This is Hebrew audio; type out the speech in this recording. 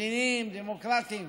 מדיניים, דמוקרטיים.